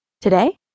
Today